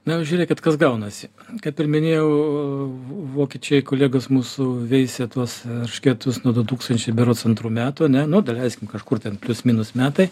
na žiūrėkit kas gaunasi kaip ir minėjau vokiečiai kolegos mūsų veisia tuos eršketus nuo du tūkstančiai berods antrų metų ane nu daleiskim kažkur ten plius minus metai